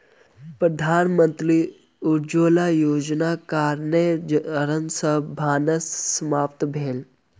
प्रधानमंत्री उज्ज्वला योजनाक कारणेँ जारैन सॅ भानस समाप्त भेल